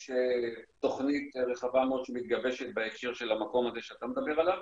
יש תוכנית רחבה מאוד שמתגבשת בהקשר של המקום הזה שאתה מדבר עליו,